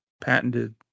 patented